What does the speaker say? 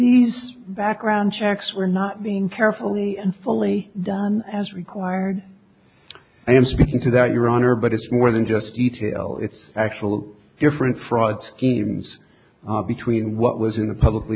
these background checks were not being carefully and fully done as required i am speaking to that your honor but it's more than just detail it's actual different fraud seems between what was in the publicly